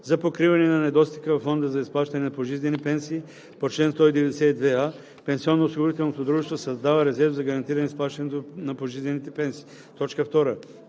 За покриване на недостига във фонда за изплащане на пожизнени пенсии по чл. 192а пенсионноосигурителното дружество създава резерв за гарантиране изплащането на пожизнените пенсии.“ 2.